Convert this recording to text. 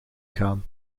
gaan